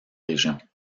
régions